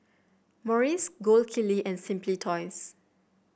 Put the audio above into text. Morries Gold Kili and Simply Toys